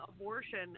abortion